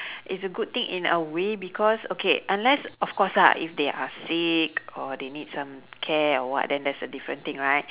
it's a good thing in a way because okay unless of course lah if they are sick or they need some care or what then that's a different thing right